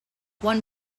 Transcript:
one